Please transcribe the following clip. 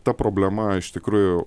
ta problema iš tikrųjų